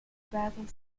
battle